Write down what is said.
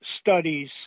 Studies